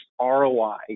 ROI